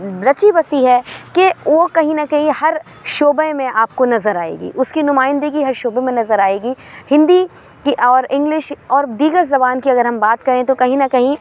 رچی بسی ہے کہ وہ کہیں نہ کہیں ہر شعبے میں آپ کو نظر آئے گی اُس کی نمائندگی ہر شعبے میں نظر آئے گی ہندی کی اور انگلش اور دیگر زبان کی اگر ہم بات کریں تو کہیں نہ کہیں